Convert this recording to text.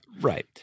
Right